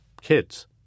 kids